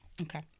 Okay